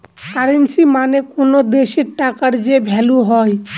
currency মানে কোনো দেশের টাকার যে ভ্যালু হয়